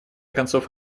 концов